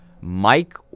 Mike